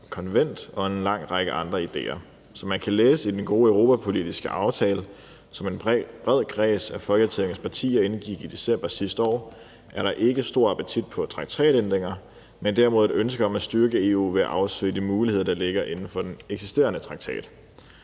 konvent og en lang række andre idéer. Som man kan læse i den gode europapolitisk aftale, som en bred kreds af Folketingets partier indgik i december sidste år, er der ikke stor appetit på traktatændringer, men derimod et ønske om at styrke EU ved at afsøge de muligheder, der ligger inden for den eksisterende traktat.